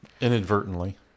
inadvertently